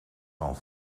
van